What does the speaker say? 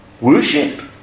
Worship